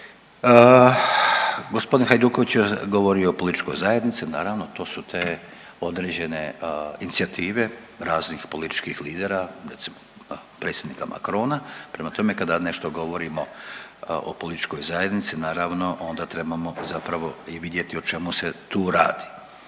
Gospodin Hajduković je govorio o političkoj zajednici, naravno to su te određene inicijative raznih političkih lidera, recimo predsjednika Macrona, prema tome kada nešto govorimo o političkoj zajednici naravno onda trebamo zapravo i vidjeti o čemu se tu radi.